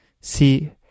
see